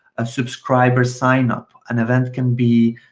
a subscriber, sign up an event can be,